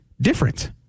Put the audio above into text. different